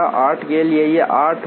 8 के लिए यह 8 होगा